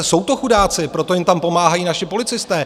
Jsou to chudáci, proto jim tam pomáhají naši policisté.